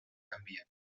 canvien